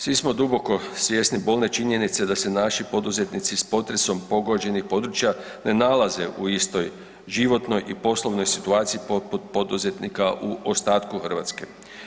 Svi smo duboko svjesni bolne činjenice da se naši poduzetnici s potresom pogođenih područja ne nalaze u istoj životnoj i poslovnoj situaciji poput poduzetnika u ostatku Hrvatske.